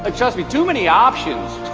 like trust me too many options.